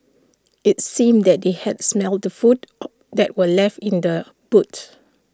IT seemed that they had smelt the food that were left in the boot